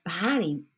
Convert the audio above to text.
body